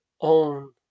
own